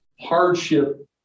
hardship